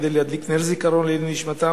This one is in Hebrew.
כדי להדליק נר זיכרון לנשמתם.